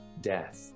death